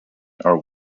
are